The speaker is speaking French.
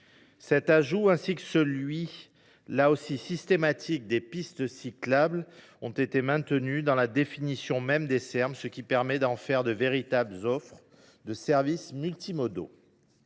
Cet ajout et celui, là encore systématique, des pistes cyclables ont été maintenus dans la définition même des Serm, ce qui permet d’en faire de véritables offres de services multimodaux.